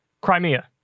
Crimea